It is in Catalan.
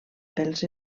pels